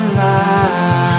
light